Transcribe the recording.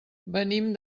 venim